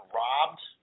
robbed